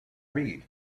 read